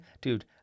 Dude